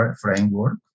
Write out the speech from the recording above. framework